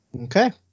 Okay